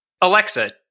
Alexa